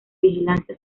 vigilancia